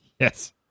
yes